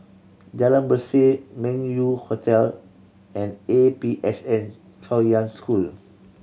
Jalan Berseh Meng Yew Hotel and A P S N Chaoyang School